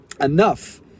enough